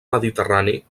mediterrani